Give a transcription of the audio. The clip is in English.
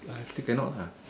I still can not lah